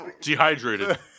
Dehydrated